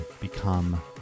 become